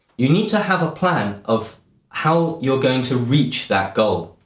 you need to have a plan of how you're going to reach that goal.